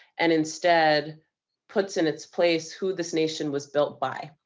and instead puts in its place who this nation was built by.